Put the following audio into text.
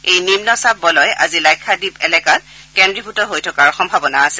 এই নিম্নচাপ বলয় আজি লাক্ষাদ্বীপ এলেকাত কেন্দ্ৰীভূত হৈ থকাৰ সম্ভাৱনা আছে